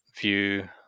view